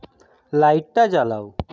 লাইটটা জ্বালাও